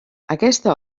aquesta